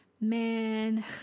man